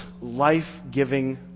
life-giving